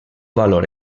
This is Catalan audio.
valor